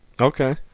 okay